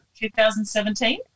2017